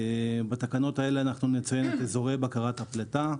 בתקנות האלה אנחנו נציין את אזורי בקרת הפליטה,